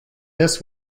this